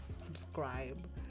subscribe